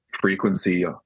frequency